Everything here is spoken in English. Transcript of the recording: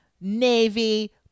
navy